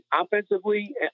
Offensively